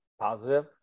Positive